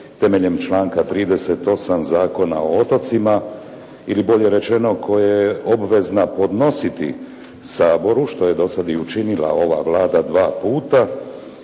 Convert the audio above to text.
temeljem članka 38. Zakona o otocima ili bolje rečeno koje je obvezna podnositi Saboru, što je do sad i učinila ova Vlada dva puta,